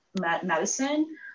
medicine